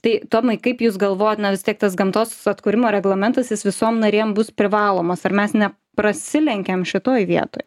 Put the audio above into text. tai tomai kaip jūs galvojat na vis tiek tas gamtos atkūrimo reglamentas jis visom narėm bus privalomas ar mes ne prasilenkiam šitoj vieto